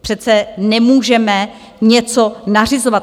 Přece nemůžeme něco nařizovat.